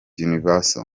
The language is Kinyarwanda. universe